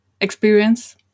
experience